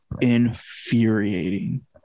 infuriating